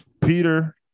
Peter